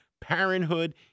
parenthood